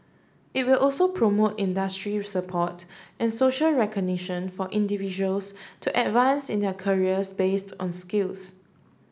it will also promote industry support and social recognition for individuals to advance in their careers based on skills